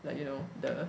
like you know the